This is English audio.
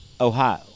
Ohio